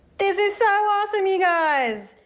this is so awesome, you guys.